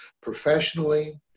professionally